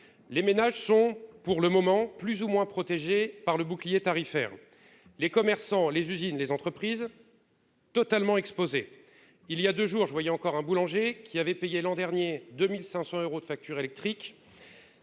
les ménages sont pour le moment plus ou moins protégé par le bouclier tarifaire, les commerçants, les usines, les entreprises totalement exposé il y a 2 jours, je voyais encore un boulanger qui avait payé l'an dernier 2500 euros de facture électrique,